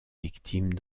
victimes